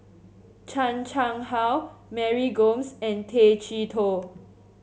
Chan Chang How Mary Gomes and Tay Chee Toh